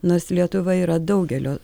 nors lietuva yra daugelio